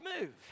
move